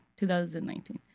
2019